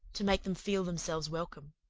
to make them feel themselves welcome.